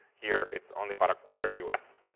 here it's only about a quarter us.